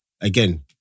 again